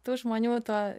tų žmonių tuo